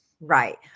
Right